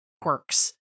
quirks